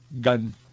gun